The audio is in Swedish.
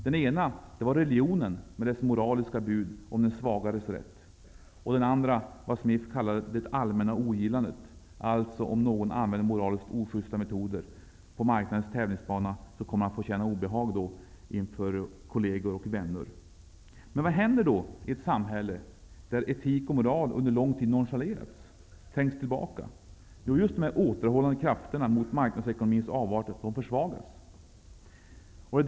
Den ena var religionen med dess moraliska bud om den svagares rätt, och den andra vad Smith kallar det allmänna ogillandet; om någon använder moraliskt ojusta metoder på marknadens tävlingsbana, kommer han att känna obehag inför kolleger och vänner. Men vad händer i ett samhälle där etik och moral under lång tid nonchalerats, trängts tillbaka? Jo, de återhållande krafterna mot marknadsekonomins avarter försvagas.